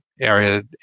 Area